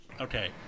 Okay